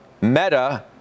Meta